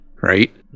right